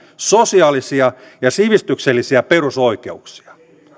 sosiaalisia ja sivistyksellisiä perusoikeuksia